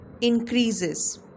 increases